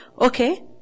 okay